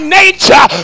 nature